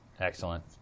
Excellent